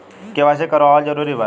KYC करवावल जरूरी बा?